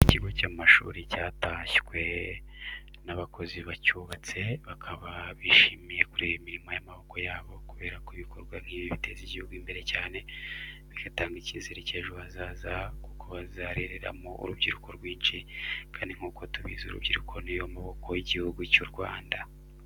Ikigo cy'amashuri cyatashywe n'abakozi bacyubatse, bakaba bishimiye kureba imirimo y'amaboko yabo kubera ko ibikorwa nk'ibi biteza igihugu imbere cyane, bigatanga icyizere cy'ejo hazaza kuko bazarereramo urubyiruko rwinshi kandi nk'uko tubizi urubyiruko ni yo maboko y'Igihugu cy'u Rwanda.